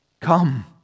come